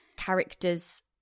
characters